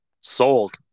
Sold